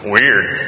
Weird